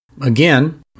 Again